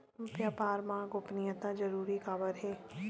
व्यापार मा गोपनीयता जरूरी काबर हे?